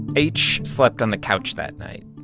h slept on the couch that night,